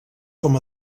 com